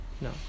no